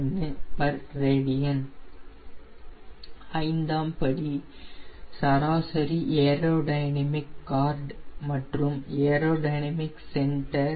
21 rad ஐந்தாம் படி சராசரி ஏரோடைனமிக் கார்டு மற்றும் ஏரோடினமிக் சென்டர்